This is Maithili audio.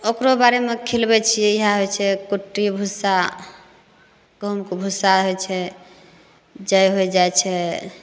ओकरो बारेमे खिलबै इहए होइत छै कुट्टी भुस्सा गहुँम कऽ भुस्सा होइत छै जै होइ जाइत छै